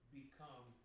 become